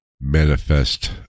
manifest